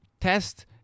test